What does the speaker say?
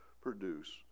produce